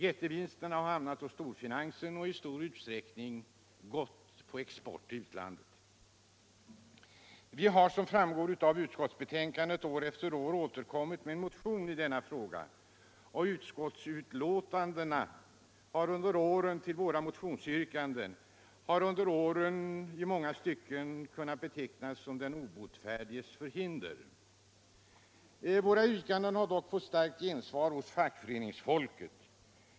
Jättevinsterna har hamnat hos storfinansen och i stor utsträckning gått på export till utlandet. Vi har, som framgår av utskottsbetänkandet, år efter år återkommit med motion i denna fråga, och utskottsbetänkandena över våra motionsyrkanden kan i många stycken betecknas som den obotfärdiges förhinder. Våra yrkanden har dock fått starkt gensvar hos fackföreningsfolket.